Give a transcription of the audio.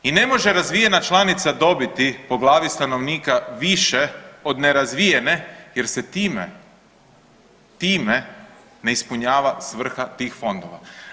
I ne može razvijena članica dobiti po glavi stanovnika više od nerazvijene jer se time, time ne ispunjava svrha tih fondova.